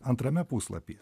antrame puslapy